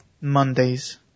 Mondays